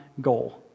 goal